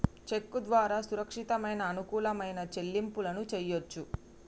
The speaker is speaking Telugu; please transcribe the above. చెక్కు ద్వారా సురక్షితమైన, అనుకూలమైన చెల్లింపులను చెయ్యొచ్చు